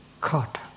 caught